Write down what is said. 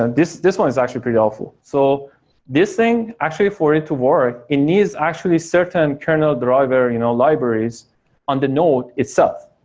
and this this one is actually pretty awful so this thing actually for it to work, it needs actually certain kernel driver you know libraries on the node itself.